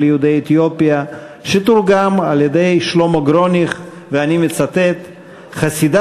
יהודי אתיופיה שתורגם על-ידי שלמה גרוניך: "חסידה,